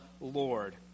Lord